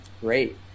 great